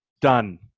Done